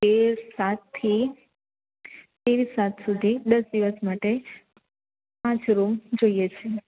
તેર સાતથી એ સાત સુધી દસ દિવસ માટે પાંચ રૂમ જોઈએ છીએ